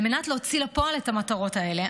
על מנת להוציא לפועל את המטרות האלה,